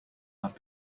have